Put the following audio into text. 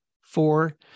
Four